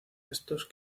restos